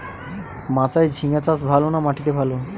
মাচায় ঝিঙ্গা চাষ ভালো না মাটিতে ভালো?